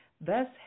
Thus